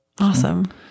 Awesome